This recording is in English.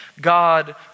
God